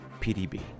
PDB